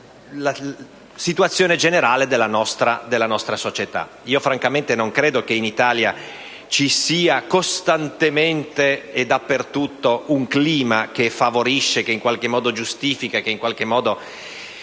la situazione generale della nostra società. Francamente non credo che in Italia ci sia costantemente e dappertutto un clima che favorisce e che in qualche modo giustifica e incoraggia un